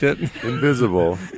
invisible